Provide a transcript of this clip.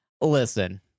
Listen